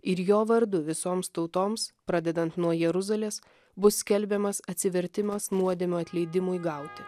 ir jo vardu visoms tautoms pradedant nuo jeruzalės bus skelbiamas atsivertimas nuodėmių atleidimui gauti